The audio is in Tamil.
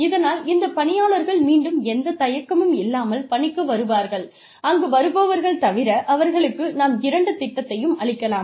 இதனால் இந்த பணியாளர்கள் மீண்டும் எந்த தயக்கமும் இல்லாமல் பணிக்கு வருவார்கள் அங்கு வருபவர்கள் தவிர அவர்களுக்கு நாம் இரண்டு திட்டத்தையும் அளிக்கலாம்